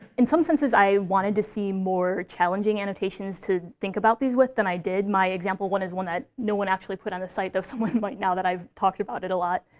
in some senses, i wanted to see more challenging annotations to think about these with than i did. my example one is one that no one actually put on the site though someone might, now that i've talked about it a lot.